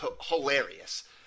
hilarious